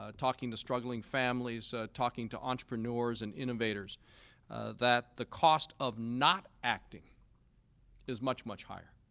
ah talking to struggling families, talking to entrepreneurs and innovators that the cost of not acting is much, much higher.